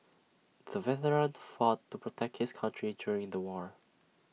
the veteran fought to protect his country during the war